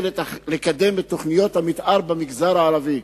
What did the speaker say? לקדם את תוכניות המיתאר במגזר הערבי.